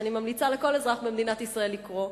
שאני ממליצה לכל אדם במדינת ישראל לקרוא,